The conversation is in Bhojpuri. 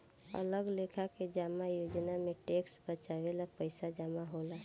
अलग लेखा के जमा योजना में टैक्स बचावे ला पईसा जमा होला